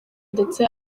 ndetse